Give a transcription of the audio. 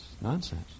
nonsense